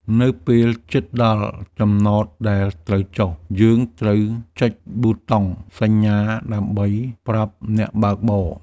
នៅពេលជិតដល់ចំណតដែលត្រូវចុះ យើងត្រូវចុចប៊ូតុងសញ្ញាដើម្បីប្រាប់អ្នកបើកបរ។